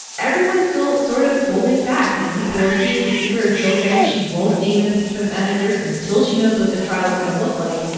everyone's still sort of holding back. nancy pelosi, the speaker, is still saying she won't name impeachment managers until she knows what the trial's going to look like.